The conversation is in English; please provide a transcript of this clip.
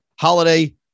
holiday